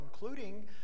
including